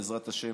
בעזרת השם,